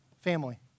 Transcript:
Family